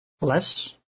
less